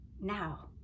now